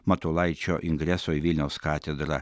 matulaičio ingreso į vilniaus katedrą